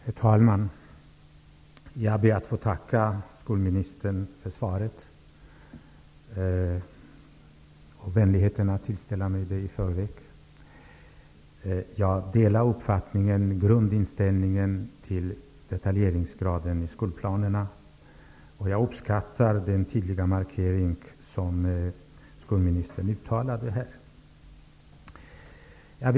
Herr talman! Jag ber att få tacka skolministern för svaret. Jag vill också tacka för vänligheten att tillställa mig det i förväg. Jag delar grundinställningen vad gäller detaljeringsgraden i skolplanen. Jag uppskattar samtidigt den tydliga markering som skolministern här gjorde.